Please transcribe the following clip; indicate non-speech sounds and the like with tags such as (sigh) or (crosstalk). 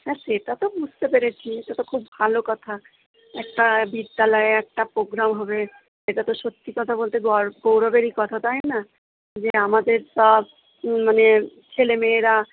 হ্যাঁ সেটা তো বুঝতে পেরেছি এটা তো খুব ভালো কথা একটা বিদ্যালয়ে একটা প্রোগ্রাম হবে এটা তো সত্যি কথা বলতে (unintelligible) গৌরবেরই কথা তাই না যে আমাদের সব মানে ছেলেমেয়েরা